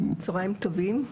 צוהריים טובים.